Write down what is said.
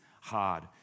hard